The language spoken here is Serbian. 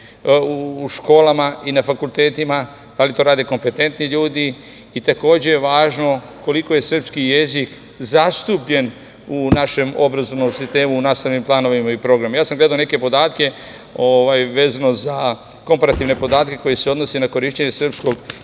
u školama i na fakultetima. Da li to rade kompetentni ljudi i takođe je važno koliko je srpski jezik zastupljen u našem obrazovnom sistemu u nastavnim planovima i programima. Ja sam gledao neke komparativne podatke koji se odnose na korišćenje srpskog